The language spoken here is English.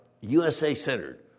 USA-centered